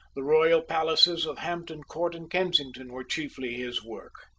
the royal palaces of hampton court and kensington were chiefly his work.